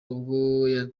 ubwo